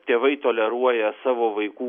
tėvai toleruoja savo vaikų